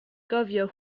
gofio